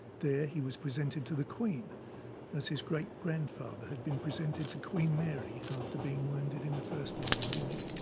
there, he was presented to the queen as his great grandfather had been presented to queen mary after being wounded in the first world war.